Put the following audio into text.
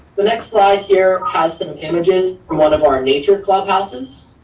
the next slide here has some images from one of our nature club houses.